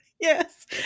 Yes